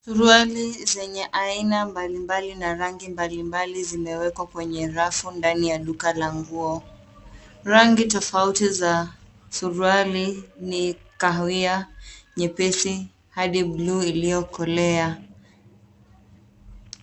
Suruali zenye aina mbalimbali na rangi mbalimbali zimewekwa kwenye rafu ndani ya duka la nguo. Rangi tofauti za suruali ni kahawia nyepesi hadi buluu iliyokolea.